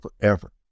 forever